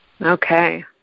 Okay